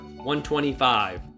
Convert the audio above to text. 125